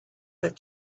with